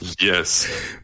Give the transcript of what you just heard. Yes